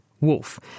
wolf